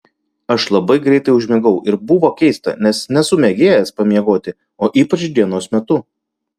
aš labai greitai užmigau ir buvo keista nes nesu mėgėjas pamiegoti o ypač dienos metu